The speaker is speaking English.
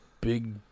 big